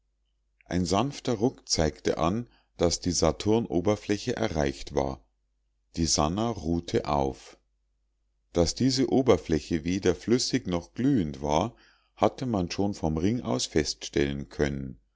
ein sanfter ruck zeigte an daß die saturnoberfläche erreicht war die sannah ruhte auf daß diese oberfläche weder flüssig noch glühend war hatte man schon vom ring aus feststellen können